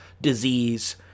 disease